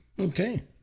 Okay